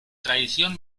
tradición